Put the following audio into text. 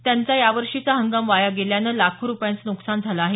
त्यांचा यावर्षीचा हंगाम वाया गेल्यानं लाखो रुपयांचं नुकसान झालं आहे